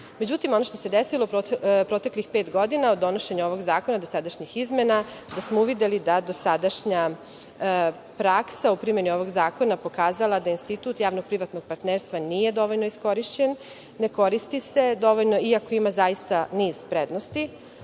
Međutim, ono što se desilo proteklih pet godina, od donošenja ovog zakona, dosadašnjih izmena, da smo uvideli da dosadašnja praksa u primeni ovog zakona pokazala da institut javno-privatnog partnerstva nije dovoljno iskorišćen, ne koristi se dovoljno, iako ima niz prednosti.